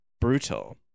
Brutal